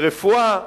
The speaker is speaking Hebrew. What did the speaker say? ברפואה.